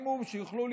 צבוע, נוכל ושקרן